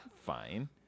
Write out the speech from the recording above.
fine